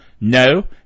No